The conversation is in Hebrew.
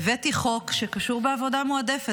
הבאתי חוק שקשור בעבודה מועדפת.